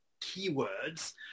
keywords